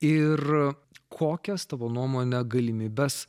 ir kokias tavo nuomone galimybes